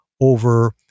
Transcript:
over